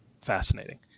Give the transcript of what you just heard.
fascinating